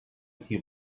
qui